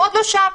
שם.